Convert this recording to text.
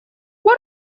пор